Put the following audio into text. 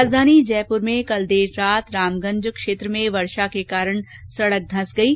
राजधानी जयपुर में कल देर रात रामगंज क्षेत्र में वर्षा के कारण सड़क धंस गयी